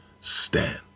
stand